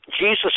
Jesus